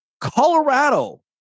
Colorado